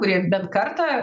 kurie bent kartą